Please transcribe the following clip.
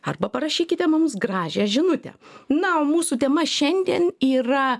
arba parašykite mums gražią žinutę na o mūsų tema šiandien yra